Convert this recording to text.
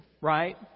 right